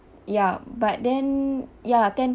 ya but then ya ten